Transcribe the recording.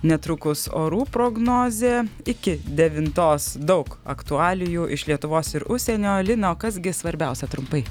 netrukus orų prognozė iki devintos daug aktualijų iš lietuvos ir užsienio lina o kas gi svarbiausia trumpai